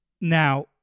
Now